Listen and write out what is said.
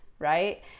right